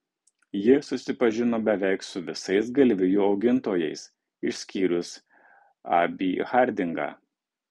ji susipažino beveik su visais galvijų augintojais išskyrus abį hardingą